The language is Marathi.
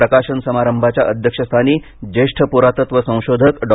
प्रकाशन समारंभाच्या अध्यक्षस्थानी ज्येष्ठ पुरातत्व संशोधक डॉ